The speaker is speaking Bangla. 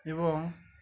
এবং